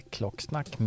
Klocksnack